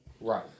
Right